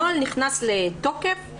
הנוהל נכנס לתוקף.